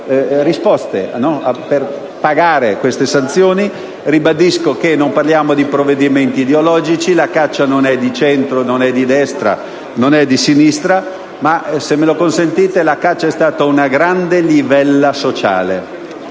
difficoltà a pagare queste sanzioni. Ribadisco che non parliamo di provvedimenti ideologici: la caccia non è di centro, di destra o di sinistra, ma, se me lo consentite, essa è stata una grande livella sociale,